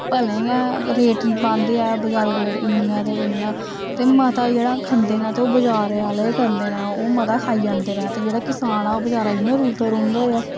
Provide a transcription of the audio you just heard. भलेआं गै रेट निं पांदे ऐ बजारू रेट इन्ना ते इन्ना ते मता जेह्ड़ा खंदे न ते ओह् बजारे आह्ले गै खंदे न ओह् मता खाई जन्दे ने ते जेह्ड़ा किसान ऐ ओह् बचारा इ'यां रुलदा रौंह्दा ऐ